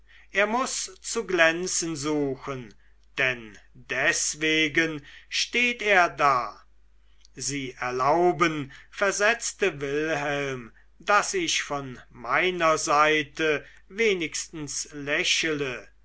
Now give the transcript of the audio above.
er muß zu glänzen suchen denn deswegen steht er da sie erlauben versetzte wilhelm daß ich von meiner seite wenigstens lächele